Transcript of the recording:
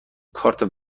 کارت